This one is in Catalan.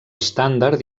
estàndard